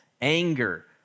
anger